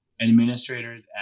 administrators